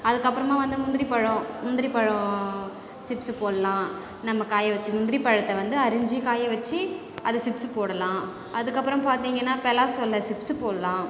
அதுக்கப்புறமா வந்து முந்திரிப் பழம் முந்திரிப் பழம் சிப்ஸ்ஸு போடலாம் நம்ம காய வச்சு முந்திரி பழத்தை வந்து அரிஞ்சு காய வச்சு அதை சிப்ஸ்ஸு போடலாம் அதுக்கப்புறம் பார்த்தீங்கன்னா பலாசொள சிப்ஸ்ஸு போடலாம்